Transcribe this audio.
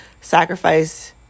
sacrifice